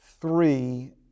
three